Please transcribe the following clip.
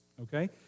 okay